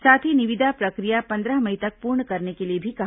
साथ ही निविदा प्रक्रिया पंद्रह मई तक पूर्ण करने के लिए भी कहा